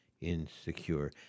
insecure